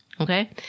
Okay